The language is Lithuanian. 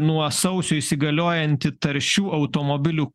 nuo sausio įsigaliojanti taršių automobilių